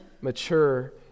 mature